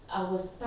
for what